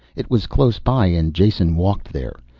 it was close by and jason walked there.